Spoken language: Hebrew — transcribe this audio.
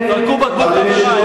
זרקו בקבוק תבערה,